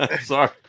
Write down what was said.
Sorry